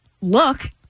look